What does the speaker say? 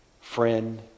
friend